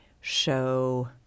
show